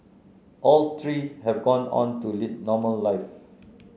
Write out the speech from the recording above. all three have gone on to lead normal life